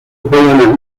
juega